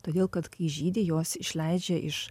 todėl kad kai žydi jos išleidžia iš